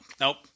nope